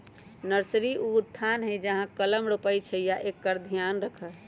nursery उ स्थान हइ जहा कलम रोपइ छइ आ एकर ध्यान रखहइ